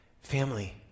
Family